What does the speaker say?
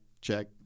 check